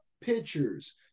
pictures